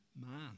man